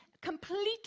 Completely